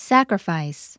Sacrifice